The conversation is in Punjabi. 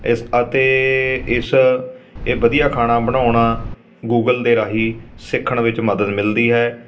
ਇਸ ਅਤੇ ਇਸ ਇਹ ਵਧੀਆ ਖਾਣਾ ਬਣਾਉਣਾ ਗੂਗਲ ਦੇ ਰਾਹੀਂ ਸਿੱਖਣ ਵਿੱਚ ਮਦਦ ਮਿਲਦੀ ਹੈ